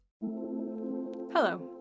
Hello